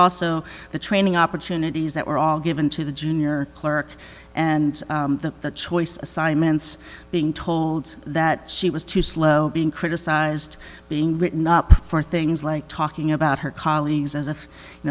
also the training opportunities that were all given to the junior clerk and the choice assignments being told that she was too slow being criticized being written up for things like talking about her colleagues as a you